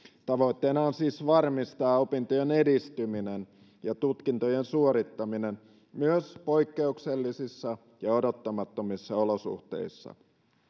tavoitteena on siis varmistaa opintojen edistyminen ja tutkintojen suorittaminen myös poikkeuksellisissa ja odottamattomissa olosuhteissa